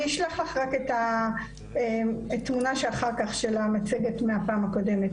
אני אשלח לך רק את התמונה שאחר כך של המצגת מהפעם הקודמת,